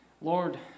Lord